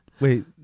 wait